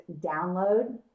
download